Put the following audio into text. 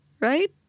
right